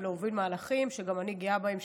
ולהוביל מהלכים שגם אני גאה בהם,